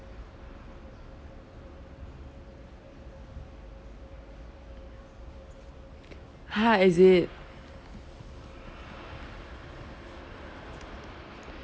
ha is it